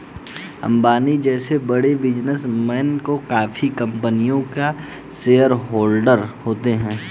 अंबानी जैसे बड़े बिजनेसमैन काफी कंपनियों के शेयरहोलडर होते हैं